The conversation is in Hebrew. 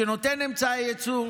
שנותן אמצעי ייצור,